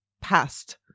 past